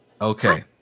Okay